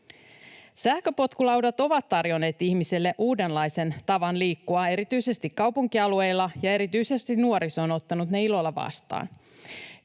Sähköpotkulaudat ovat tarjonneet ihmisille uudenlaisen tavan liikkua erityisesti kaupunkialueilla, ja erityisesti nuoriso on ottanut ne ilolla vastaan.